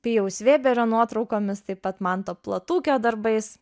pijaus vėberio nuotraukomis taip pat manto platūkio darbais